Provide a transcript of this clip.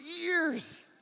years